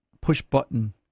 push-button